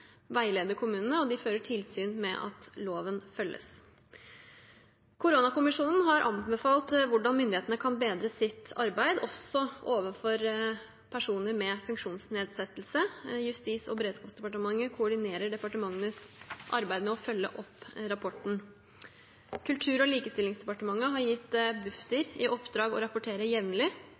veileder kommunene, og de fører tilsyn med at loven følges. Koronakommisjonen har kommet med anbefalinger om hvordan myndighetene kan bedre sitt arbeid, også overfor personer med funksjonsnedsettelse. Justis- og beredskapsdepartementet koordinerer departementenes arbeid med å følge opp rapporten. Kultur- og likestillingsdepartementet har gitt Bufdir i oppdrag å rapportere jevnlig